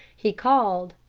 he called,